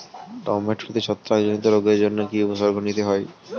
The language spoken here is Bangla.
টমেটোতে ছত্রাক জনিত রোগের জন্য কি উপসর্গ নিতে হয়?